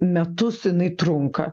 metus jinai trunka